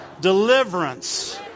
deliverance